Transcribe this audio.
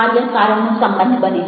કાર્ય કારણનો સંબંધ બને છે